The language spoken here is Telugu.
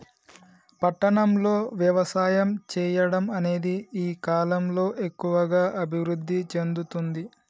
పట్టణం లో వ్యవసాయం చెయ్యడం అనేది ఈ కలం లో ఎక్కువుగా అభివృద్ధి చెందుతుంది